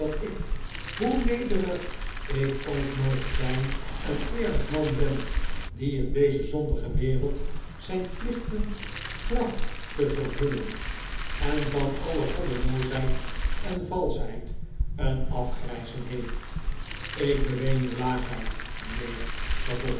ik hoe nederig ik ook moge zijn een eerlijk man ben f die in deze zondige wereld zijn plichten tracht te vervullen en van alle goddeloosheid en valschheid een afgrijzen heeft ik beween uw laagheid mijnheer